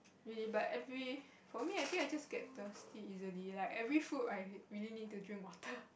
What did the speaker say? really but every for me I think I just get thirsty easily like every food I really need to drink water